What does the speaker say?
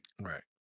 Right